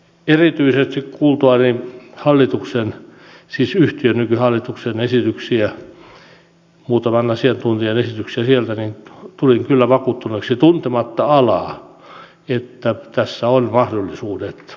erityisesti kuultuani yhtiön nykyhallituksen esityksiä muutaman asiantuntijan esityksiä sieltä tulin kyllä vakuuttuneeksi tuntematta alaa että tässä on mahdollisuudet